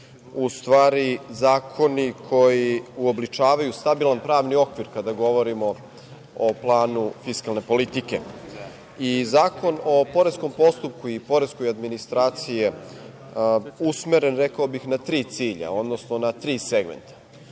u stvari zakoni koji uobličavaju stabilan pravni okvir kada govorimo o planu fiskalne politike. Zakon o poreskom postupku i poreskoj administraciji je usmeren, rekao bih na tri cilja, odnosno na tri segmenta. Prvi